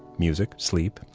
music, sleep,